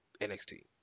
NXT